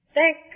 Thank